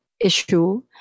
issue